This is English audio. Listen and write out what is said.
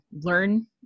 learn